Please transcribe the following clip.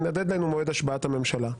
והדדליין הוא מועד השבעת הממשלה.